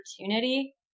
opportunity